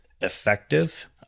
effective